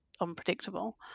unpredictable